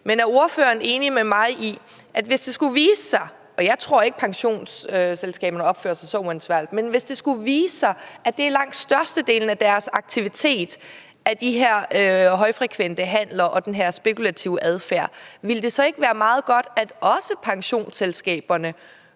men er ordføreren enig med mig i, at hvis det skulle vise sig – og jeg tror ikke, at pensionsselskaberne opfører sig så uansvarligt – at langt størstedelen af deres aktivitet er de her højfrekvente handler og den her spekulative adfærd, ville det så ikke være meget godt, at også pensionsselskaberne